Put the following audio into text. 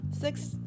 six